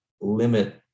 limit